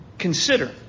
Consider